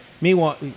Meanwhile